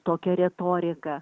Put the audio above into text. tokią retoriką